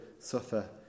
suffer